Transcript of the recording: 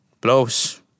blows